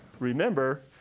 Remember